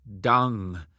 dung